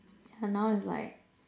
yeah now it's like